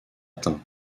atteint